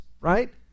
right